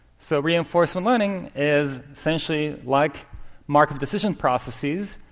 so reinforcement learning is essentially like markov decision processes,